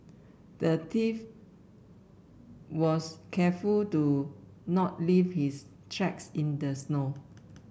the thief was careful to not leave his tracks in the snow